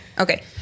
Okay